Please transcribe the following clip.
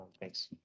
Thanks